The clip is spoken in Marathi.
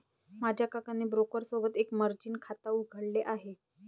माझ्या काकाने ब्रोकर सोबत एक मर्जीन खाता उघडले आहे